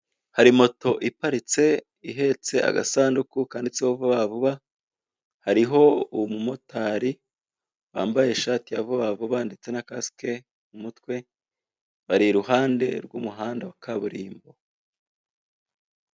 Hari moto iparitse ihetse agasanduku kanditseho vubavuba, hariho umumotari wambaye ishati ya vubavuba ndetse na kasike mu mutwe bari iruhande rw'umuhanda wa kaburimbo.